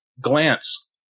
glance